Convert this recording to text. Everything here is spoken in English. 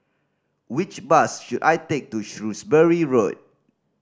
which bus should I take to Shrewsbury Road